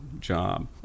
job